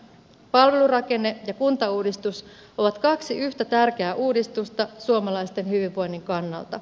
palvelurakenne ja kuntauudistus ovat kaksi yhtä tärkeää uudistusta suomalaisten hyvinvoinnin kannalta